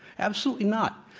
absolutely not.